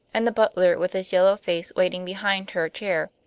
and the butler with his yellow face waiting behind her chair.